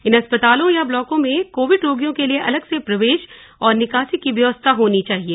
इन अस्पतालों या ब्लॉकों में कोविड रोगियों के लिए अलग से प्रवेश और निकासी की व्यवस्था होनी चाहिए